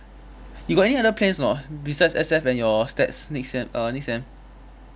you got any other plans or not besides S_F and your stats next sem uh next sem